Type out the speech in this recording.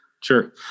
sure